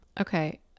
okay